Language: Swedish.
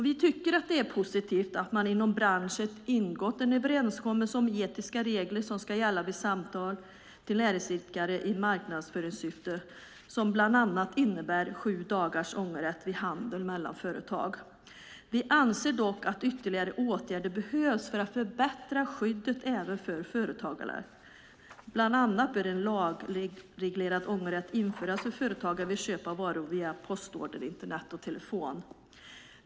Vi tycker att det är positivt att man inom branschen ingått en överenskommelse om etiska regler som ska gälla vid samtal till näringsidkare i marknadsföringssyfte. Den innebär bland annat sju dagars ångerrätt vid handel mellan företag. Vi anser dock att ytterligare åtgärder behövs för att förbättra skyddet även för företagare. Bland annat bör en lagreglerad ångerrätt införas för företagare vid köp av varor via postorder, Internet och telefon.